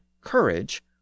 courage